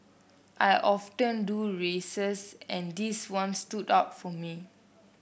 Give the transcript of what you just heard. I often do races and this one stood out for me